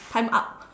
time up